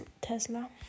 tesla